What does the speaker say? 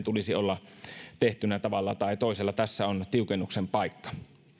tulisi olla tehtynä tavalla tai toisella tässä on tiukennuksen paikka